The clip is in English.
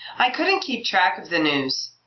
i couldn't keep track of the news.